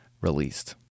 released